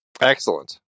Excellent